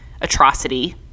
atrocity